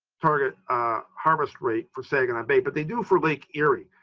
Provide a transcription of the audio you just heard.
target harvest rate for saginaw bay, but they do for lake erie.